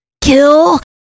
Kill